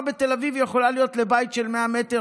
בתל אביב יכולה להיות 8,000 שקל לבית של 100 מטר,